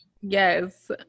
yes